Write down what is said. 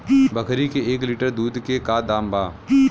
बकरी के एक लीटर दूध के का दाम बा?